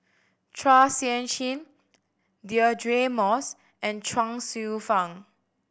Chua Sian Chin Deirdre Moss and Chuang Hsueh Fang